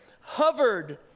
hovered